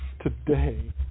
Today